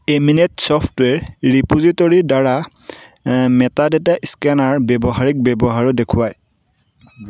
eminent ছফ্টৱেৰ ৰিপোজিটৰীৰদ্বাৰা মেটাডেটে স্কেনাৰ ব্যৱহাৰিক ব্যৱহাৰো দেখুৱায়